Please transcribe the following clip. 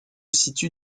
situe